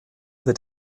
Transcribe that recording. wird